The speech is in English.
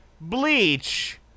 Bleach